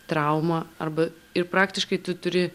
trauma arba ir praktiškai tu turi